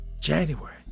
January